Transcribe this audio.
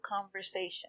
conversation